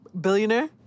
Billionaire